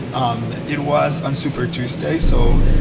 um it was on super tuesday, so,